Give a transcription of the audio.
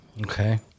okay